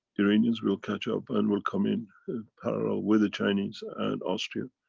iranians will catch up and will come in parallel with the chinese and austria.